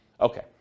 Okay